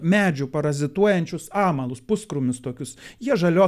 medžių parazituojančius amalus puskrūmius tokius jie žalios